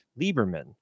Lieberman